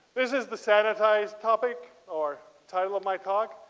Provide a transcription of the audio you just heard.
this is the sanitized topic or title of my talk.